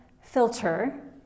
filter